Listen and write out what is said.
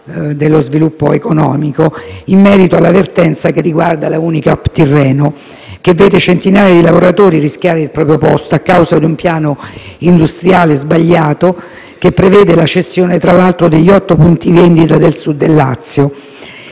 dello sviluppo economico, riguarda la vertenza relativa alla Unicoop Tirreno che vede centinaia di lavoratori rischiare il proprio posto a causa di un piano industriale sbagliato che prevede la cessione, tra l'altro, degli otto punti vendita del Sud del Lazio.